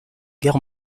guerre